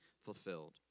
fulfilled